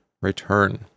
return